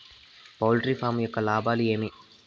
poultry farm యొక్క లాభాలు ఏమి